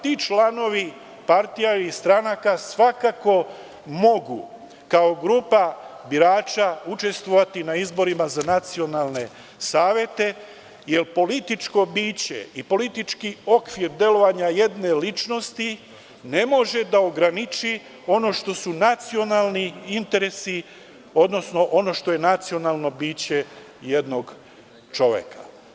Ti članovi partija i stranaka svakako mogu kao grupa birača učestvovati na izborima za nacionalne savete, jer političko biće i politički okvir delovanja jedne ličnosti ne može da ograniči ono što su nacionalni interesi, odnosno ono što je nacionalno biće jednog čoveka.